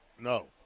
No